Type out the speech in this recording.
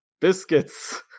biscuits